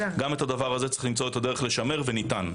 גם את הדבר הזה צריך למצוא את הדרך לשמר, וניתן.